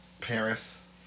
Paris